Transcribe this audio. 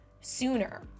sooner